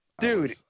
Dude